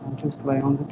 just lay on